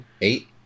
Eight